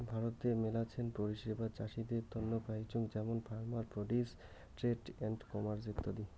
ভারতে মেলাছেন পরিষেবা চাষীদের তন্ন পাইচুঙ যেমন farmer produce trade and commerce ইত্যাদি